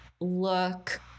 look